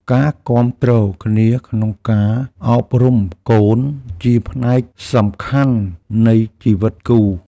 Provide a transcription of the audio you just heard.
ការគាំទ្រគ្នាក្នុងការអប់រំកូនជាផ្នែកសំខាន់នៃជីវិតគូ។